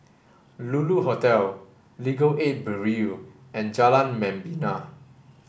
Lulu Hotel Legal Aid Bureau and Jalan Membina